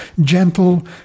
gentle